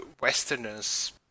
westerners